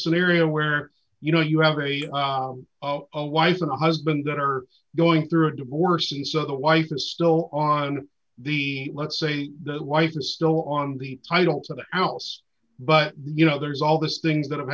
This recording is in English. scenario where you know you have a wife and a husband that are going through a divorce and so the wife is still on the let's say the wife is still on the title to the house but you know there's all this things that have